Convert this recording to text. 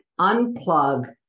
unplug